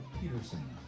Peterson